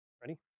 Ready